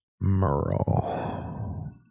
Merle